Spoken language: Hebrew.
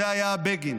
זה היה בגין.